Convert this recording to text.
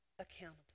accountable